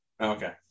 Okay